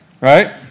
right